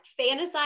fantasize